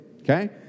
okay